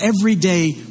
everyday